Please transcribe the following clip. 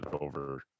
over